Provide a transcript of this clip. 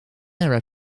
era